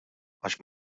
għax